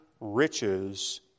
riches